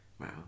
wow